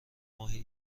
ماهی